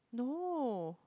no